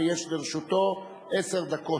ויש לרשותו עשר דקות.